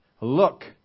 Look